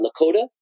Lakota